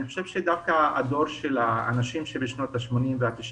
אני חושב שדווקא בדור של האנשים שבשנות ה-80 וה-90